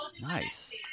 Nice